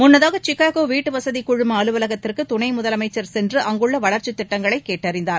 முன்னதாக சிகாகோ வீட்டு வசதி குழும அலுவலகத்திற்கு துணை முதலமைச்சர் சென்று அங்குள்ள வளர்ச்சித் திட்டங்களை கேட்டறிந்தார்